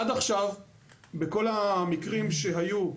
עד עכשיו בכל המקרים שהיו,